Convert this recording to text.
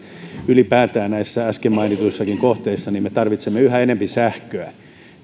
ylipäätään näissä äsken mainituissakin kohteissa me tarvitsemme yhä enempi sähköä